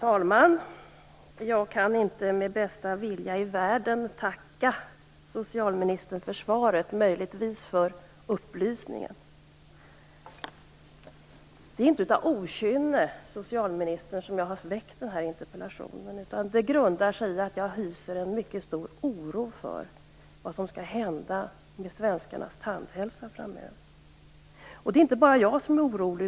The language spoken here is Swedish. Fru talman! Inte med bästa vilja i världen kan jag tacka socialministern för svaret - möjligtvis för upplysningen. Det är inte av okynne, socialministern, som jag har väckt interpellationen, utan den grundas på att jag hyser mycket stor oro för vad som framöver kommer att hända med svenskarnas tandhälsa. Det är inte bara jag som är orolig.